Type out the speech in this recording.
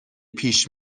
پیش